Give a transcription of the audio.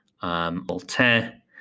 Voltaire